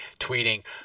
tweeting